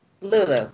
Lulu